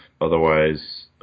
Otherwise